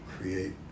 create